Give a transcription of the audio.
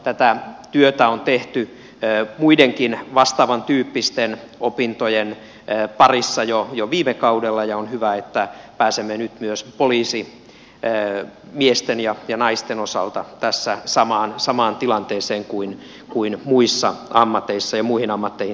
tätä työtä on tehty muidenkin vastaavantyyppisten opintojen parissa jo viime kaudella ja on hyvä että pääsemme nyt myös poliisimiesten ja naisten osalta tässä samaan tilanteeseen kuin muissa ammateissa ja muihin ammatteihin tähtäävissä koulutuksissa